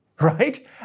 right